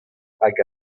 hag